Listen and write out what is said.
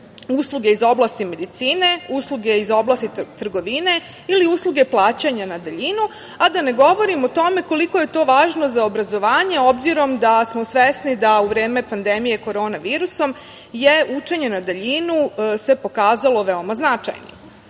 usluge iz oblasti medicine, usluge iz oblasti trgovine ili usluge plaćanja na daljinu, a da ne govorim o tome koliko je to važno za obrazovanje obzirom da smo svesni da u vreme pandemije korona virusom se učenje na daljinu pokazalo veoma značajnim. Ovakav